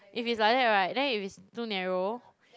if is like that right then if it's too narrow